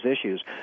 issues